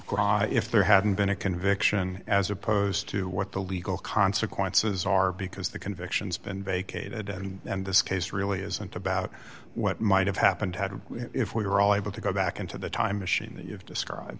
happened if there hadn't been a conviction as opposed to what the legal consequences are because the convictions been vacated and this case really isn't about what might have happened had if we were all able to go back into the time machine that you've described